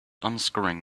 unscrewing